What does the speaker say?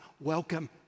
welcome